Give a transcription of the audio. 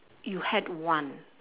you had one